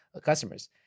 customers